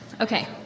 Okay